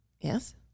Yes